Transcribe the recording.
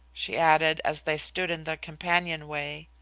she added, as they stood in the companionway.